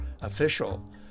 official